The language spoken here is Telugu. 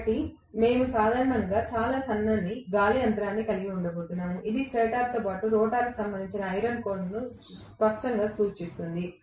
కాబట్టి మేము సాధారణంగా చాలా సన్నని గాలి అంతరాన్ని కలిగి ఉండబోతున్నాము ఇది స్టేటర్తో పాటు రోటర్కు సంబంధించిన ఐరన్ కోర్ను స్పష్టంగా సూచిస్తుంది